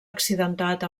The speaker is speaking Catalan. accidentat